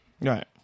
right